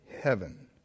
heaven